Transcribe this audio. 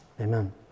Amen